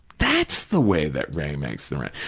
that's the way that ray makes the rent.